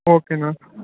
ஓகேண்ணா